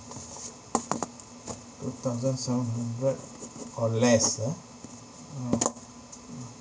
two thousand seven hundred or less ah oh mm